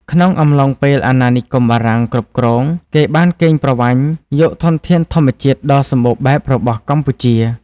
ក្នុងអំឡុងពេលអាណានិគមបារាំងគ្រប់គ្រង គេបានគេងប្រវ័ញ្ចយកធនធានធម្មជាតិដ៏សម្បូរបែបរបស់កម្ពុជា។